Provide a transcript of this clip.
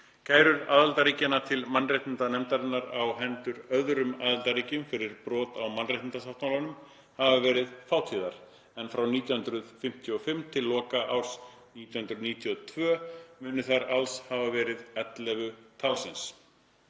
Kærur aðildarríkja til mannréttindanefndarinnar á hendur öðrum aðildarríkjum fyrir brot á mannréttindasáttmálanum hafa verið fátíðar, en frá 1955 til loka árs 1992 munu þær alls hafa verið 11